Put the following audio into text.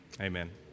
amen